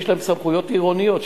יש להם סמכויות עירוניות,